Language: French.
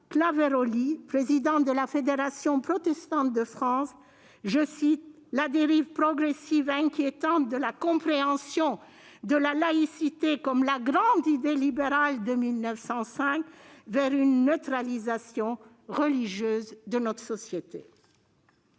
Clavairoly, président de la Fédération protestante de France, « la dérive progressive et inquiétante de la compréhension de la laïcité comme la grande idée libérale de 1905 vers une neutralisation religieuse de notre société ».